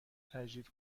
تجدید